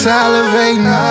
Salivating